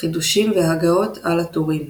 חידושים והגהות על הטורים